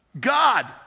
God